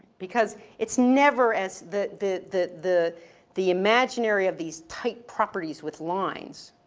because it's never as the, the, the, the the imaginary of these tight properties with lines.